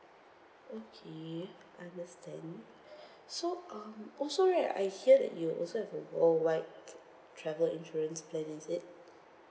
okay understand so um also right I hear that you also have a worldwide travel insurance plan is it